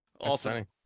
awesome